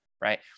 right